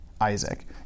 Isaac